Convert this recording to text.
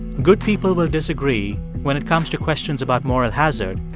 good people will disagree when it comes to questions about moral hazard,